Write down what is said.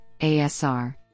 ASR